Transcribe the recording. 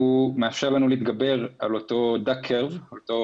הוא מאפשר לנו להתגבר על אותה עקומה,